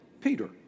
Peter